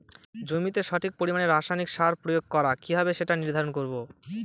জমিতে সঠিক পরিমাণে রাসায়নিক সার প্রয়োগ করা কিভাবে সেটা নির্ধারণ করব?